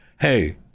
Hey